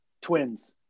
twins